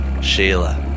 Sheila